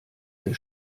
der